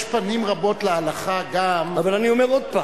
פנים רבות להלכה גם --- אבל אני אומר עוד פעם,